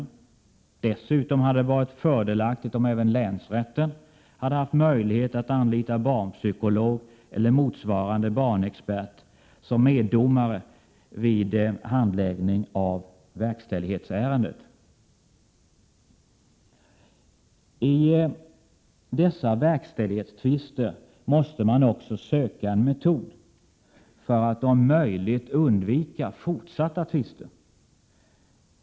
20 maj 1988 Dessutom hade det varit fördelaktigt om även länsrätten hade haft möjlighet att anlita barnpsykolog eller motsvarande barnexpert som meddomare vid handläggning av verkställighetsärendet. I dessa verkställighetstvister måste man också söka en metod för att om möjligt undvika fortsatta tvister.